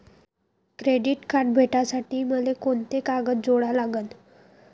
Credit card भेटासाठी मले कोंते कागद जोडा लागन?